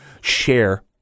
share